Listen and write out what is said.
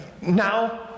now